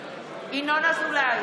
(קוראת בשמות חברי הכנסת) ינון אזולאי,